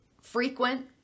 frequent